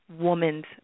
woman's